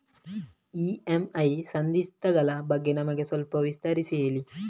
EMI ಸಂಧಿಸ್ತ ಗಳ ಬಗ್ಗೆ ನಮಗೆ ಸ್ವಲ್ಪ ವಿಸ್ತರಿಸಿ ಹೇಳಿ